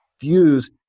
views